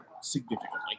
significantly